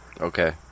Okay